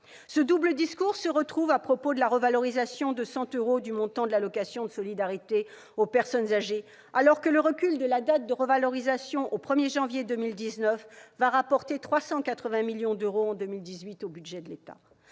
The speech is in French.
Ce double discours se retrouve à propos de la revalorisation de 100 euros du montant de l'allocation de solidarité aux personnes âgées, alors que le recul de la date de revalorisation au 1 janvier 2019 rapportera 380 millions d'euros en 2018 au budget de l'État.